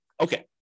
Okay